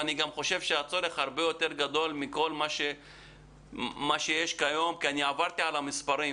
אני חושב שהצורך גם הרבה יותר גדול מכל מה שיש כיום כי עברתי על המספרים